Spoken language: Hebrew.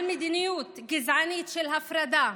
על מדיניות גזענית של הפרדה,